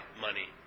money